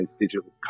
digital